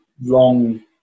long